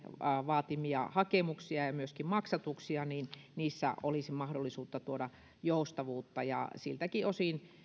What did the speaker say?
vaatimiin hakemuksiin ja ja myöskin maksatuksiin olisi mahdollisuutta tuoda joustavuutta siltäkin osin on